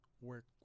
work